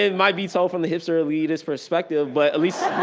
and might be told from the hipster elitist perspective, but at least